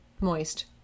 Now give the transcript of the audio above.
moist